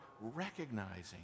recognizing